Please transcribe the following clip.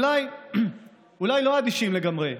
אולי לא אדישים לגמרי.